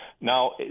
Now